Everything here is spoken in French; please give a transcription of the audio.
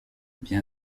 bien